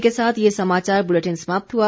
इसी के साथ ये समाचार बुलेटिन समाप्त हुआ